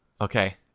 Okay